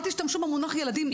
אל תשתמשו במונח ילדים.